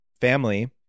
family